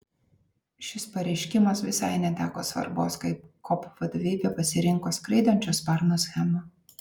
šis pareiškimas visai neteko svarbos kai kop vadovybė pasirinko skraidančio sparno schemą